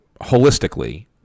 holistically